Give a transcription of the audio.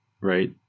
right